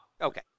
Okay